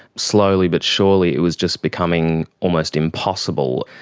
slowly but surely it was just becoming almost impossible.